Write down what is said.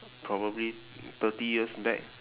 probably thirty years back